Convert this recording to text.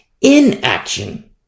inaction